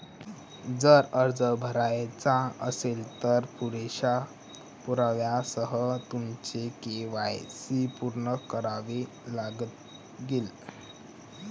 जर अर्ज भरायचा असेल, तर पुरेशा पुराव्यासह तुमचे के.वाय.सी पूर्ण करावे लागेल